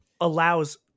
allows